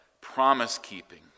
promise-keeping